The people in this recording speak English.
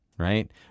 right